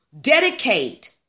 dedicate